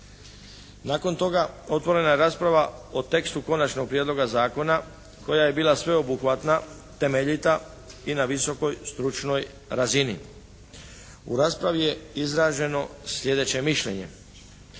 Nakon toga otvorena je rasprava o tekstu konačnog prijedloga zakona koja je bila sveobuhvatna, temeljita i na visokoj stručnoj razini. U raspravi je izraženo sljedeće mišljenje.